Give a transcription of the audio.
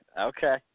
Okay